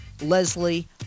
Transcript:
leslie